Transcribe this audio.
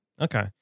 Okay